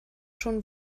schon